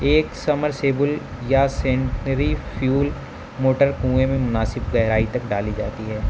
ایک سمرسیبل یا centrifugal motor کنوئیں میں مناسب گہرائی تک ڈالی جاتی ہے